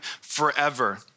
forever